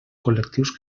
col·lectius